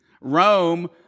Rome